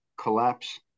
collapse